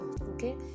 okay